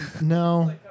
no